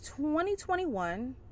2021